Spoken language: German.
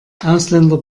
ausländer